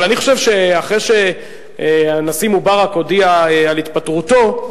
אני חושב שאחרי שהנשיא מובארק הודיע על התפטרותו,